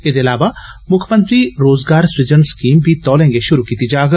एदे इलावा मुक्खमंत्री रोजगार सृजन स्कीम बी तौले शुरु कीती जाग